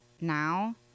now